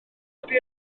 ydy